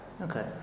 Okay